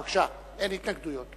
בבקשה, אין התנגדויות.